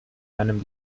einem